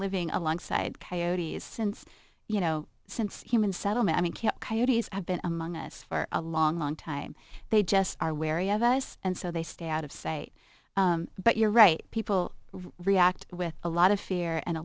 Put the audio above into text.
living alongside coyote's since you know since human settlement i mean coyote's have been among us for a long long time they just are wary of us and so they stay out of sight but you're right people react with a lot of fear and a